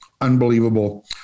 unbelievable